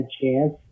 chance